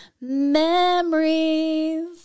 Memories